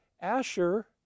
Asher